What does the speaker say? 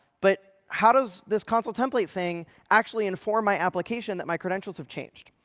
but how does this consul template thing actually inform my application that my credentials have changed?